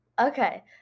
Okay